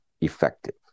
effective